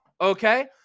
okay